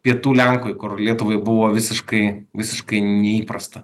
pietų lenkui kur lietuvai buvo visiškai visiškai neįprasta